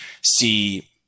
see